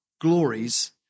glories